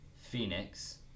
Phoenix